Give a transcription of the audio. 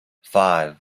five